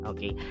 Okay